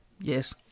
Yes